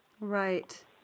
Right